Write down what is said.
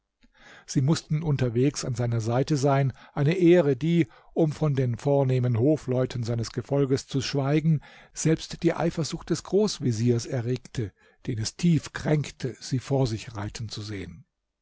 sie mußten unterwegs an seiner seite sein eine ehre die um von den vornehmen hofleuten seines gefolges zu schweigen selbst die eifersucht des großveziers erregte den es tief kränkte sie vor sich reiten zu sehen